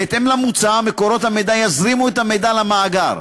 בהתאם למוצע, מקורות המידע יזרימו את המידע למאגר.